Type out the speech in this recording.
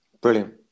Brilliant